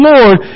Lord